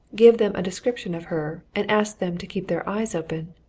give them a description of her, and ask them to keep their eyes open.